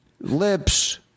Lips